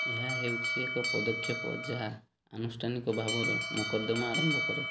ଏହା ହେଉଛି ଏକ ପଦକ୍ଷେପ ଯାହା ଆନୁଷ୍ଠାନିକ ଭାବରେ ମକଦ୍ଦମା ଆରମ୍ଭ କରେ